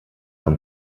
vom